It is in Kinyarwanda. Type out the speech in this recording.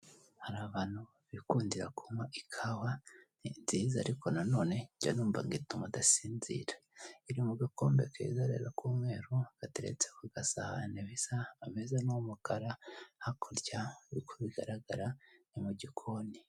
Hari abantu bikundira kunywa ikawa, ni nziza ariko na none njya numva ngo ituma udasinzira. Iri mu gakombe keza rero k'umweru gateretse ku gasahane bisa, ameza ni umukara, hakurya nkuko bigaragara ni mu gikoni.